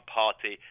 party